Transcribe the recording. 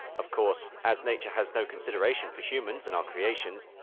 of course, as nature has no consideration for humans and our creations,